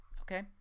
Okay